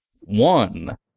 One